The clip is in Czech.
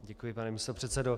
Děkuji, pane místopředsedo.